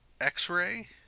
X-Ray